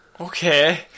Okay